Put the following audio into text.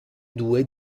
due